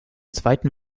zweiten